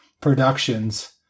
productions